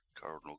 Cardinal